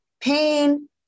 pain